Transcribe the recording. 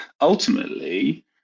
Ultimately